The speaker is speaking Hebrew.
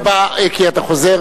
תודה רבה, כי אתה חוזר.